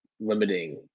limiting